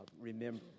remember